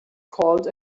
called